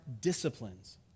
disciplines